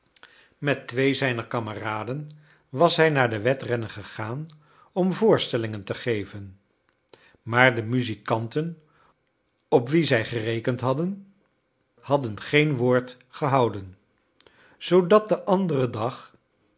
met twee zijner kameraden was hij naar de wedrennen gegaan om voorstellingen te geven maar de muzikanten op wie zij gerekend hadden hadden geen woord gehouden zoodat de andere dag